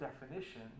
definition